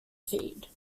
feed